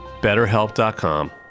Betterhelp.com